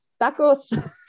tacos